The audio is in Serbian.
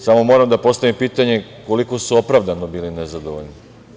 Samo, moram da postavim pitanje koliko su opravdano bili nezadovoljni?